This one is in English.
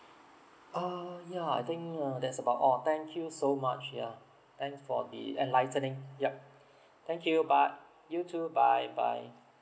oh yeah I think uh that's about all thank you so much yeah thanks for the enlightening yup thank you bye you too bye bye